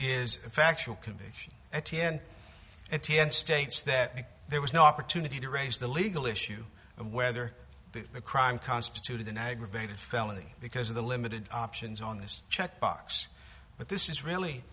a factual conviction and states that there was no opportunity to raise the legal issue of whether the crime constituted an aggravated felony because of the limited options on this checkbox but this is really